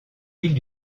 îles